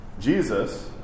Jesus